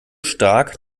stark